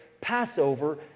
Passover